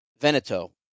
Veneto